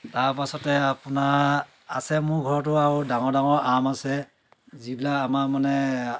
তাৰ পাছতে আপোনাৰ আছে মোৰ ঘৰতো আৰু ডাঙৰ ডাঙৰ আম আছে যিবিলাক আমাৰ মানে